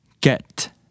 get